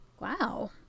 Wow